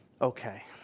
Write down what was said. Okay